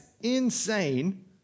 insane